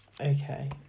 okay